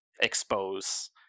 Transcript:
expose